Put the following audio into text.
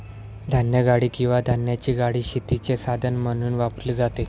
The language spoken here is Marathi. धान्यगाडी किंवा धान्याची गाडी शेतीचे साधन म्हणून वापरली जाते